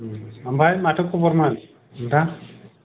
ओमफ्राय माथो खबरमोन नोंथां